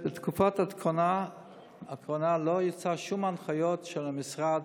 בתקופה האחרונה לא יצאו שום הנחיות של המשרד: